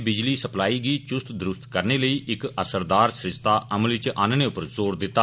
बिजली सप्लाई गी चुस्त दरुस्त करने लेई इक असरदार सरिस्ता अमल च आनने पर जोर दिता